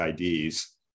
IDs